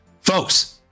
folks